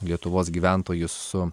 lietuvos gyventojus su